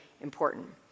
important